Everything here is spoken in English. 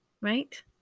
right